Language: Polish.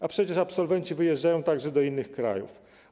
A przecież absolwenci wyjeżdżają także do innych krajów.